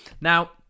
Now